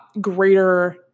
greater